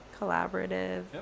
collaborative